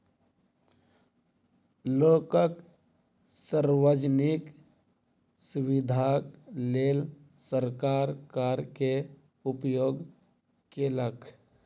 लोकक सार्वजनिक सुविधाक लेल सरकार कर के उपयोग केलक